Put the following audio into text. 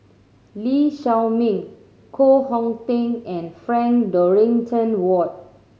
Lee Shao Meng Koh Hong Teng and Frank Dorrington Ward